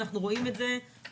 אנחנו רואים את זה בהלימה.